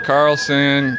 Carlson